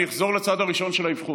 אני אחזור לצד הראשון, של האבחון.